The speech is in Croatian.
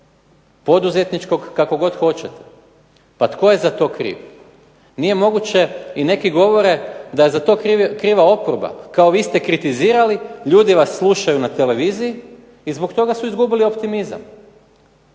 poduzetničkog, kako god hoćete. Pa tko je za to kriv? Nije moguće i neki govori da je za to kriva oporba, kao vi ste kritizirali, ljudi vas slušaju na televiziji i zbog toga su izgubili optimizam.